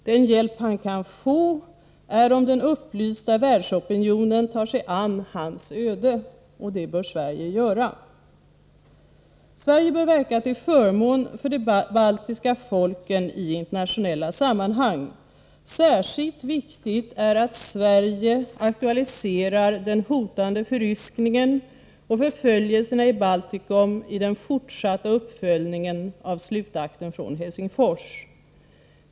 Den hjälp han kan få är att den upplysta världsopinionen tar sig an hans öde. Det bör Sverige göra. Sverige bör verka till förmån för de baltiska folken i internationella sammanhang. Särskilt viktigt är att Sverige aktualiserar den hotande förryskningen och förföljelserna i Baltikum i den fortsatta uppföljningen av slutakten från Helsingfors.